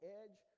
edge